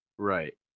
right